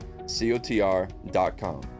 cotr.com